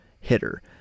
hitter